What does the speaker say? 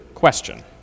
question